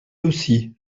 aussi